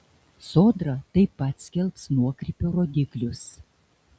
sodra taip pat skelbs nuokrypio rodiklius